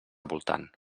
voltant